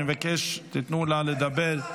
אני מבקש שתיתנו לה לדבר.